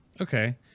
Okay